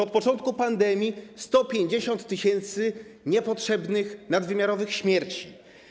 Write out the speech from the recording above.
Od początku pandemii to jest 150 tys. niepotrzebnych, nadwymiarowych śmierci.